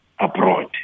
abroad